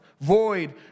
void